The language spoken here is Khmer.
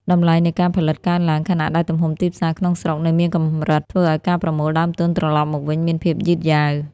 តម្លៃនៃការផលិតកើនឡើង ខណៈដែលទំហំទីផ្សារក្នុងស្រុកនៅមានកម្រិត ធ្វើឱ្យការប្រមូលដើមទុនត្រឡប់មកវិញមានភាពយឺតយ៉ាវ។